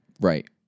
Right